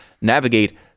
navigate